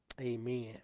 Amen